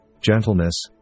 gentleness